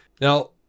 now